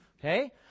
okay